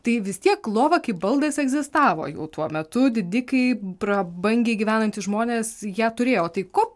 tai vis tiek lova kaip baldas egzistavo jau tuo metu didikai prabangiai gyvenantys žmonės jie turėjo tai ko